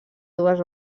dues